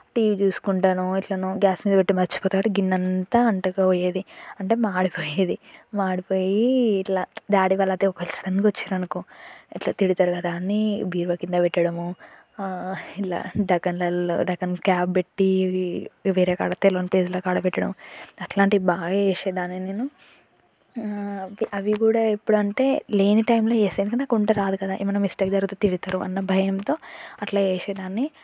TV చూసుకుంటానో ఇట్లనో gas మీద పెట్టి మర్చిపోతా కాబట్టి గిన్నంతా అంటుకుపోయేది అంటే మాడిపోయేది మాడిపోయి ఇట్ల డాడీ వాళ్ళు సడన్గా వచ్చారు అనుకో ఇట్లా తిడతారు కదా అని బీరువా కింద పెట్టడమో ఇలా దగ్గన్లలో దగ్గన్ క్యాప్ పెట్టి వేరే కాడ తెలవని ప్లేస్ల కాడ పెట్టడమో అట్లాంటివి బాగా చేసేదాన్ని నేను అది కూడా ఎప్పుడంటే లేని టైంలో చేస్తాను ఎందుకంటే నాకు వంట రాదు కదా ఏమైనా మిస్టేక్ జరిగితే తిడతారు అన్న భయంతో అట్ల చేసేదాన్ని